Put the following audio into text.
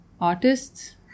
artists